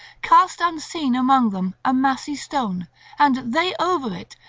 cast unseen among them a massy stone and they over it,